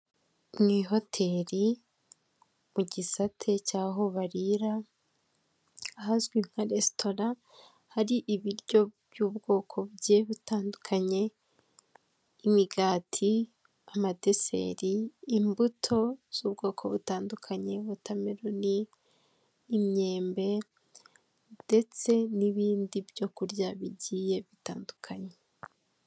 Mu ihoteri mu gisate cy'aho barira, ahazwi nka resitora hari ibiryo by'ubwoko bigiye butandukanye, imigati amadeseri imbuto z'ubwoko butandukanye wotwmeroni, imyembe ndetse n'ibindi byo kurya bigiye bitandukanye.